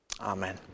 amen